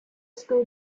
school